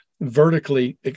vertically